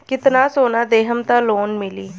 कितना सोना देहम त लोन मिली?